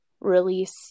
release